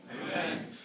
Amen